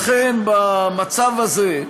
לכן, במצב הזה,